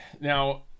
now